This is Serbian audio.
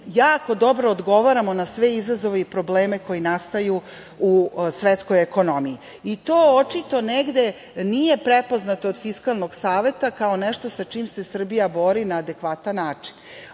jako dobro odgovaramo na sve izazove i probleme koji nastaju u svetskoj ekonomiji i to očito negde nije prepoznato od Fiskalnog saveta kao nešto sa čime se Srbija bori na adekvatan način. Mi